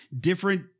different